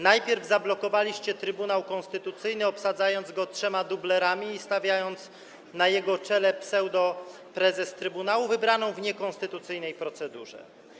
Najpierw zablokowaliście Trybunał Konstytucyjny, obsadzając go trzema dublerami i stawiając na jego czele pseudoprezes trybunału wybraną w niekonstytucyjnej procedurze.